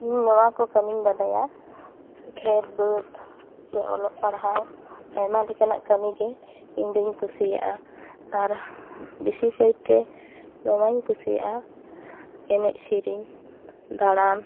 ᱤᱧ ᱱᱚᱣᱟ ᱠᱚ ᱠᱟᱹᱢᱤᱧ ᱵᱟᱲᱟᱭᱟ ᱠᱷᱮᱛ ᱵᱟᱹᱫᱽ ᱥᱮ ᱚᱞᱚᱜ ᱯᱟᱲᱦᱟᱣ ᱟᱭᱢᱟ ᱞᱮᱠᱟᱱᱟᱜ ᱠᱟᱹᱢᱤ ᱜᱮ ᱤᱧ ᱫᱩᱧ ᱠᱩᱥᱤᱭᱟᱜᱼᱟ ᱟᱨ ᱵᱤᱥᱤ ᱠᱟᱭᱛᱮ ᱱᱚᱣᱟᱧ ᱠᱩᱥᱤᱭᱟᱜᱼᱟ ᱮᱱᱮᱡ ᱥᱮᱨᱮᱧ ᱫᱟᱬᱟᱱ